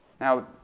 Now